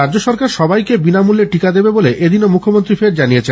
রাজ্য সরকার সবাইকে বিনামূল্যে টিকা দেবে বলে এদিনও মুখ্যমন্ত্রী ফের জানিয়েছেন